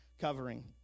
covering